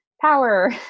power